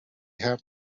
half